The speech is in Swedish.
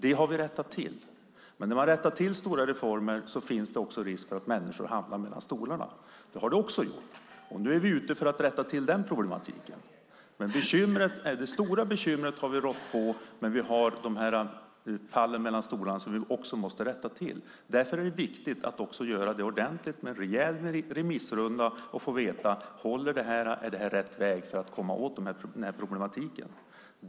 Det har vi rättat till, men när man rättar till stora reformer finns det också risk för att människor hamnar mellan stolarna. Det har också skett, och nu är vi ute för att rätta till den problematiken. Vi har rått på det stora bekymret, men vi måste också rätta till de här fallen mellan stolarna. Därför är det viktigt att göra det ordentligt med en rejäl remissrunda där vi kan får veta om det här håller och om det är rätt väg för att komma åt den här problematiken.